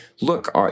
look